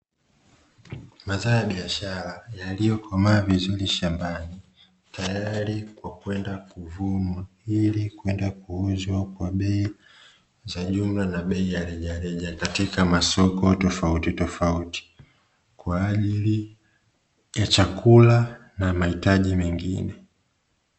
Mazao ya biashara yaliyokomaa vizuri shambani tayari kwa kwenda kuvunwa, ili kwenda kuuzwa kwa bei za jumla na reja reja katika masoko tofauti tofauti kwa ajili ya chakula na mahitaji mengine.